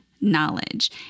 knowledge